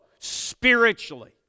spiritually